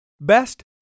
best